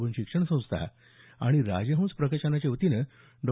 भू शिक्षण संस्था आणि राजहंस प्रकाशनाच्या वतीनं डॉ